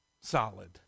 solid